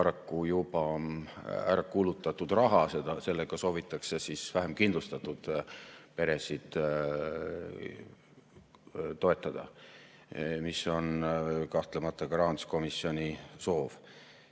juba ära kulutatud raha. Sellega soovitakse vähemkindlustatud peresid toetada, mis on kahtlemata ka rahanduskomisjoni soov.